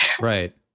right